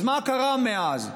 אז מה קרה מאז?